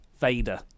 Vader